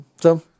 So-